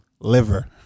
liver